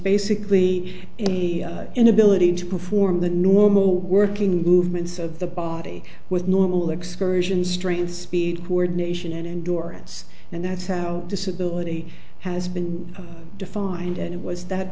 basically inability to perform the normal working movements of the body with normal excursions strength speed coordination and duress and that's how disability has been defined and it was that